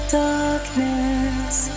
darkness